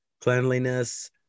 cleanliness